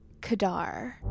Kadar